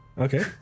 Okay